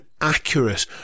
accurate